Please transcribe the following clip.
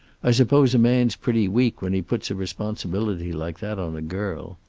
i suppose a man's pretty weak when he puts a responsibility like that on a girl.